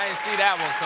see that one